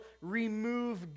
remove